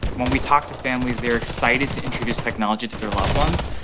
when we talk to families they are excited to introduce technology to their loved ones,